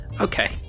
Okay